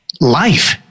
life